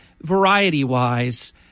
variety-wise